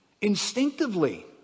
instinctively